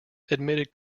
admitted